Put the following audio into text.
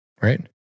right